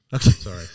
Sorry